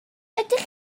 ydych